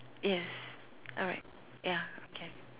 yes alright ya okay